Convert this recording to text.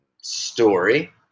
story